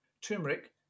turmeric